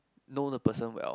know the person well